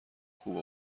خوب